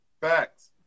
Facts